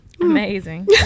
Amazing